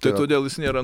tai todėl jis nėra